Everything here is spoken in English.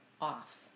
off